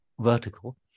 vertical